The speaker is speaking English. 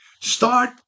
start